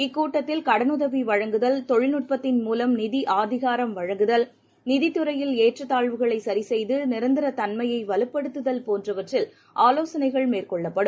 இக் கூட்டத்தில் கடனுதவிவழங்குதல் தொழில் நுட்பத்தின் மூலம் நிதிஅதிகாரம் வழங்குதல் நிதித் துறையில் ஏற்றத் தாழ்வுகளைசரிசெய்துநிரந்திரதன்மையைவலுப்படுத்துதல் போன்றவற்றில் ஆவோசனைகள் மேற்கொள்ளப்படும்